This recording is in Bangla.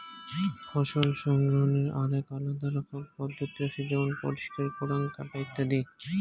ফসল সংগ্রহনের আরাক আলাদা রকমের পদ্ধতি হসে যেমন পরিষ্কার করাঙ, কাটা ইত্যাদি